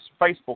Facebook